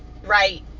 right